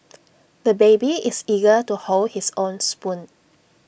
the baby is eager to hold his own spoon